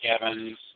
Evans